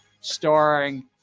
starring